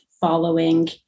following